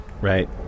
Right